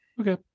Okay